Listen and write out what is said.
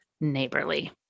neighborly